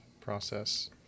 process